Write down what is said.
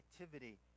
activity